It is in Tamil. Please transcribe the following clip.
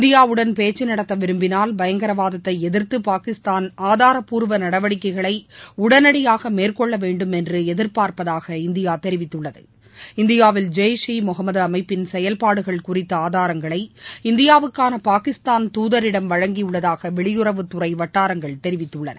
இந்தியாவுடன் பேச்சு நடத்த விரும்பினால் பயங்கரவாதத்தை எதிர்த்து பாகிஸ்தான் ஆதாரப்பூர்வ நடவடிக்கைகளை உடனடியாக மேற்கொள்ள வேண்டும் என்று எதிர்பார்ப்பதாக இந்தியா தெரிவித்துள்ளது இந்தியாவில் ஜெய்ஸ் ஈ முகமது அமைப்பின் செயல்பாடுகள் குறித்த ஆதாரங்களை இந்தியாவுக்கான பாகிஸ்தான் தூதரிடம் வழங்கியுள்ளதாக வெளியுறவுத் துறை வட்டாரங்கள் தெரிவித்துள்ளன